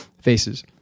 faces